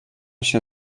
się